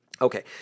Okay